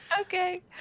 Okay